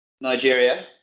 Nigeria